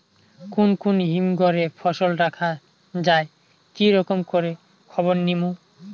কুন কুন হিমঘর এ ফসল রাখা যায় কি রকম করে খবর নিমু?